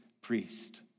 priest